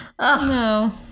No